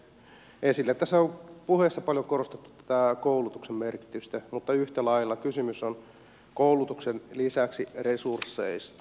tässä on puheissa paljon korostettu tätä koulutuksen merkitystä mutta yhtä lailla kysymys on koulutuksen lisäksi resursseista